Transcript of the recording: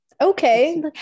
Okay